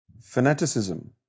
Fanaticism